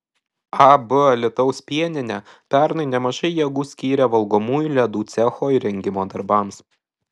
ab alytaus pieninė pernai nemažai jėgų skyrė valgomųjų ledų cecho įrengimo darbams